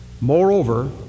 Moreover